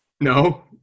No